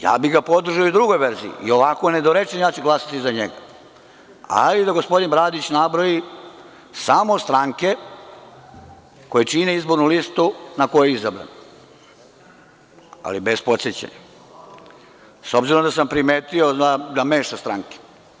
Ja bih ga podržao i u drugoj verziji, i ovako je nedorečen, ja ću glasati za njega, ali da gospodin Bradić nabroji samo stranke koje čine izbornu listu na kojoj je izabran, ali bez podsećanja s obzirom da sam primetio da meša stranke.